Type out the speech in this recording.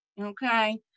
Okay